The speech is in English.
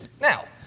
Now